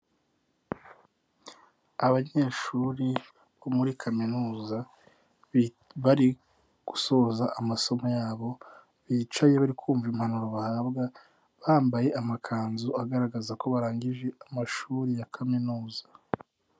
Abanyeshuri bo muri kaminuza, bari gusoza amasomo yabo, bicaye bari kumva impanuro bahabwa, bambaye amakanzu agaragaza ko barangije amashuri ya kaminuza.